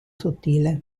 sottile